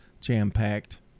jam-packed